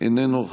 איננו,